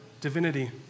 divinity